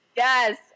Yes